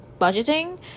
budgeting